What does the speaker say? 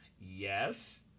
Yes